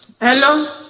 Hello